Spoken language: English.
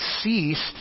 ceased